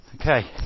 Okay